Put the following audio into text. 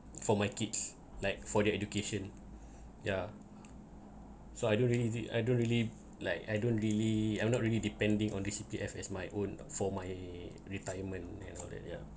for my kids like for their education yeah so I don't really did I don't really like I don't really I'm not really depending on this C_P_F as my own for my retirement and all that yeah